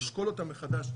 לשקול אותה מחדש,